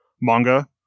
manga